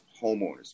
homeowners